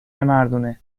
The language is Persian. مردونه